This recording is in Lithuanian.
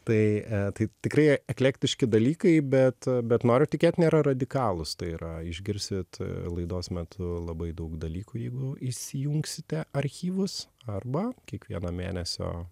tai tai tikri eklektiški dalykai bet bet noriu tikėt nėra radikalūs tai yra išgirsit laidos metu labai daug dalykų jeigu įsijungsite archyvus arba kiekvieno mėnesio